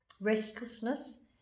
restlessness